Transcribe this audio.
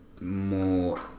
more